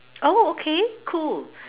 oh okay cool